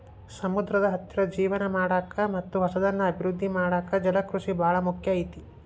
ಸಮುದ್ರದ ಹತ್ತಿರ ಜೇವನ ಮಾಡಾಕ ಮತ್ತ್ ಹೊಸದನ್ನ ಅಭಿವೃದ್ದಿ ಮಾಡಾಕ ಜಲಕೃಷಿ ಬಾಳ ಮುಖ್ಯ ಐತಿ